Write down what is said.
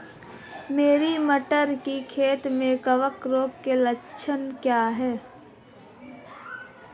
मेरी मटर की खेती में कवक रोग के लक्षण क्या हैं?